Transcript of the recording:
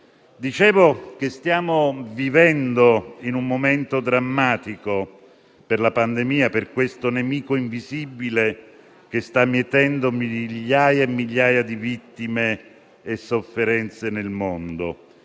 polizia. Stiamo vivendo un momento drammatico per la pandemia, questo nemico invisibile che sta mietendo migliaia e migliaia di vittime e causando sofferenze nel mondo.